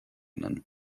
nennen